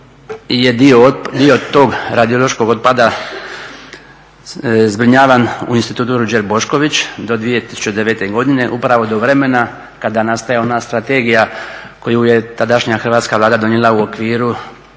je dio tog radiološkog otpada zbrinjavan u Institut Ruđer Bošković do 2009. godine, upravo do vremena kada nastaje ona strategija koju je tadašnja Hrvatska Vlada donijela u okviru